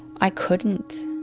i couldn't